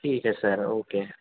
ٹھیک ہے sir okay